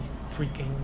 freaking